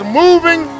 moving